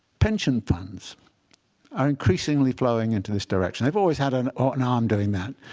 pension funds are increasingly flowing into this direction. they've always had an ah an arm doing that.